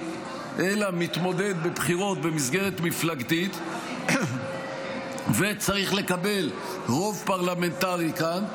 אלא מתמודד בבחירות במסגרת מפלגתית וצריך לקבל רוב פרלמנטרי כאן,